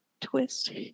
twist